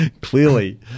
Clearly